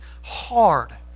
hard